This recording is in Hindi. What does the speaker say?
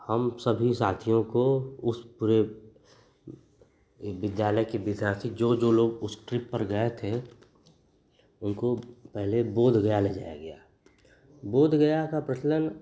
हम सभी साथियों को उस पूरे इ विद्यालय के विद्यार्थी जो जो लोग उस ट्रिप पर गए थे उनको पहले बोधगया ले जाया गया बोधगया का प्रचलन